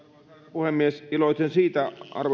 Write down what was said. puhemies iloitsen siitä arvoisa puhemies